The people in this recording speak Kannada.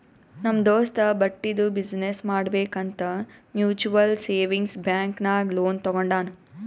ನಮ್ ದೋಸ್ತ ಬಟ್ಟಿದು ಬಿಸಿನ್ನೆಸ್ ಮಾಡ್ಬೇಕ್ ಅಂತ್ ಮ್ಯುಚುವಲ್ ಸೇವಿಂಗ್ಸ್ ಬ್ಯಾಂಕ್ ನಾಗ್ ಲೋನ್ ತಗೊಂಡಾನ್